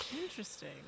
Interesting